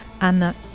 Anna